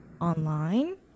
online